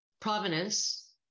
provenance